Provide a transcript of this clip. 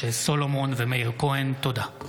משה סולומון ומאיר כהן בנושא: סכנה לפיטורים המוניים בנמל אילת.